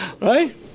Right